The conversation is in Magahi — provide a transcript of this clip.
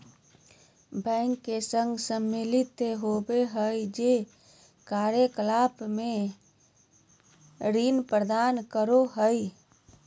बैंक के संघ सम्मिलित होबो हइ जे कार्य कलाप में ऋण प्रदान करो हइ